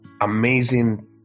amazing